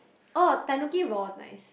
oh Tanuki Raw is nice